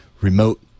remote